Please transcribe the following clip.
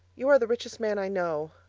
you are the richest man i know.